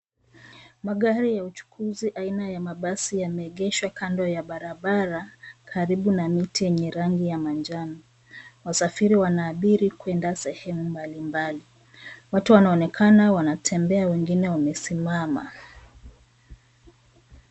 Magari ya uchukuzi aina ya mabasi yameegeshwa kando ya barabara karibu na mti yenye rangi ya manjan. Wasafiri wanaabiri kwenda sehemu mbali mbali. Watu wanaonekana wanatembea wengine wamesimama.